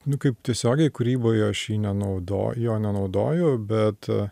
nu kaip tiesiogiai kūryboje aš jį nenaudoju jo nenaudoju bet